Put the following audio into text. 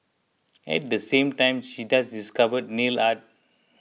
and at the same time she just discovered nail art